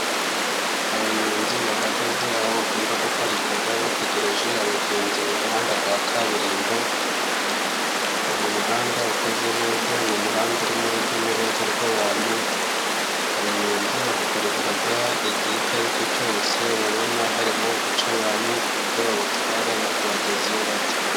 Abanyonzi bahagaze aho bakunda guparika bategereje abagenzi mu muhanda wa kaburimbo, uyu muhanda ukoze neza ni umuhanda urimo urujya n'uruza rw'abantu, abanyonzi bahaparika igihe icyo ari cyo cyose babona harimo guca abantu ku buryo babatwara bakabageza iyo bajya.